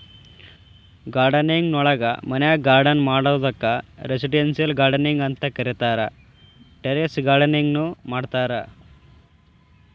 gardening ನೊಳಗ ಮನ್ಯಾಗ್ garden ಮಾಡೋದಕ್ಕ್ ರೆಸಿಡೆಂಟಿಯಲ್ ಗಾರ್ಡನಿಂಗ್ ಅಂತ ಕರೇತಾರ, ಟೆರೇಸ್ ಗಾರ್ಡನಿಂಗ್ ನು ಮಾಡ್ತಾರ